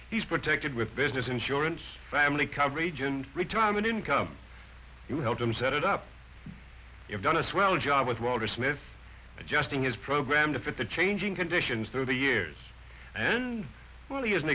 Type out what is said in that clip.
he's protected with business insurance family coverage and retirement income you helped him set it up you've done as well a job with walter smith adjusting his program to fit the changing conditions through the years and when he isn't